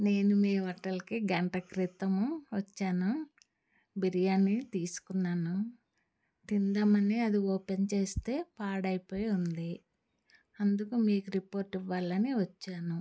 నేను మీ హొటెల్కి గంట క్రితం వచ్చాను బిర్యాని తీసుకున్నాను తిందామని అది ఓపెన్ చేస్తే పాడైపోయి ఉంది అందుకు మీకు రిపోర్ట్ ఇవ్వాలని వచ్చాను